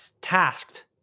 tasked